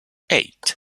eight